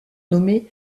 nommé